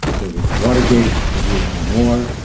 there was watergate, the vietnam war.